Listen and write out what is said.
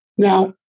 Now